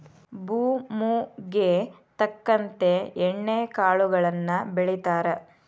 ಭೂಮುಗೆ ತಕ್ಕಂತೆ ಎಣ್ಣಿ ಕಾಳುಗಳನ್ನಾ ಬೆಳಿತಾರ